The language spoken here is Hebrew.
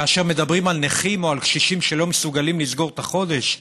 כאשר מדברים על נכים או על קשישים שלא מסוגלים לסגור את החודש,